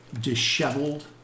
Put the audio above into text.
disheveled